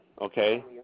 okay